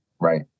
Right